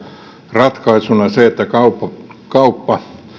ratkaisuna se että kauppa kauppa